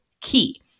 key